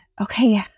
okay